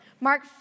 Mark